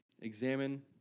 examine